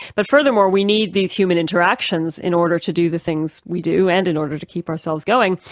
but furthermore we need these human interactions in order to do the things we do, and in order to keep ourselves going.